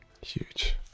Huge